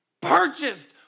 purchased